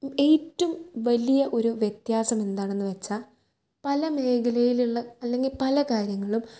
ഏറ്റവും വലിയ ഒരു വ്യത്യാസം എന്താണെന്ന് വെച്ചാൽ പല മേഖലയിലുള്ള അല്ലെങ്കിൽ പല കാര്യങ്ങളും